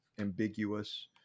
ambiguous